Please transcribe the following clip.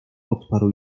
odparł